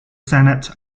senate